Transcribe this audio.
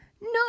No